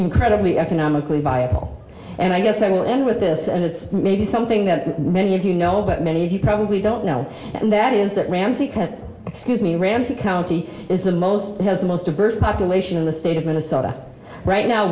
incredibly economically viable and i guess i will end with this and it's maybe something that many of you know but many of you probably don't know and that is that ramsi excuse me ramsey county is the most has the most diverse population in the state of minnesota right now